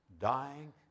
dying